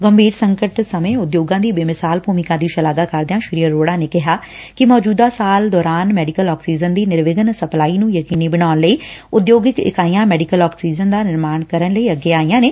ਗੰਭੀਰ ਸੰਕਟ ਸਮੇਂ ਉਦਯੋਗਾਂ ਦੀ ਬੇਮਿਸਾਲ ਭੁਮਿਕਾ ਦੀ ਸ਼ਲਾਘਾ ਕਰਦਿਆਂ ਸ੍ਰੀ ਅਰੋਡਾ ਨੇ ਕਿਹਾ ਕਿ ਮੌਜੁਦਾ ਸਾਲ ਦੌਰਾਨ ਮੈਡੀਕਲ ਆਕਸੀਜਨ ਦੀ ਨਿਰਵਿਘਨ ਸਪਲਾਈ ਨੂੰ ਯਕੀਨੀ ਬਣਾਉਣ ਲਈ ਉਦਯੋਗਿਕ ਇਕਾਈਆਂ ਮੈਡੀਕਲ ਆਕਸੀਜਨ ਦਾ ਨਿਰਮਾਣ ਕਰਨ ਲਈ ਅੱਗੇ ਆਈਆਂ ਨੇ